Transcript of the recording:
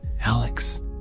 Alex